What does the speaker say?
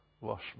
Wash